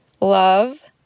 love